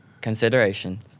consideration